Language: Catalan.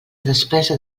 despesa